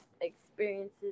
experiences